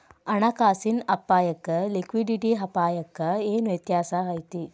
ಹಣ ಕಾಸಿನ್ ಅಪ್ಪಾಯಕ್ಕ ಲಿಕ್ವಿಡಿಟಿ ಅಪಾಯಕ್ಕ ಏನ್ ವ್ಯತ್ಯಾಸಾ ಐತಿ?